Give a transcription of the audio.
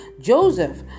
Joseph